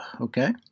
Okay